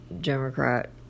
Democrat